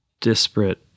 disparate